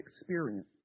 experience